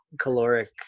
caloric